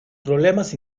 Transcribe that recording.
problemas